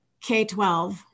K-12